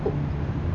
cooked